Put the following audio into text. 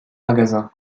magasins